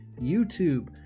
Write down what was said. YouTube